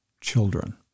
children